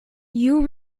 you